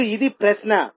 ఇప్పుడు ఇది ప్రశ్న